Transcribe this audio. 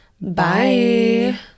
Bye